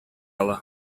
ала